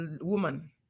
woman